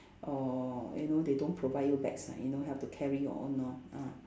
or you know they don't provide you bags ah you know have to carry your own lor ah